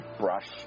brush